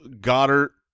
Goddard